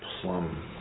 plum